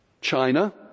China